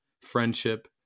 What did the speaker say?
friendship